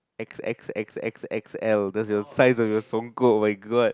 X X X X X L that's your size of your songkok oh my god